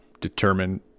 determine